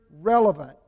relevant